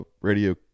radio